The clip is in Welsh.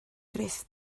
gruff